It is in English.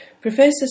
Professor